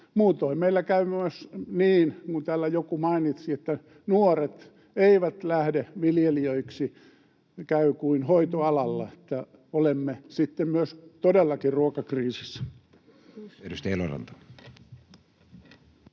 meillä käy niin kuin täällä joku mainitsi, että nuoret eivät lähde viljelijöiksi — käy kuin hoitoalalla — niin että olemme sitten todellakin ruokakriisissä.